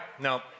no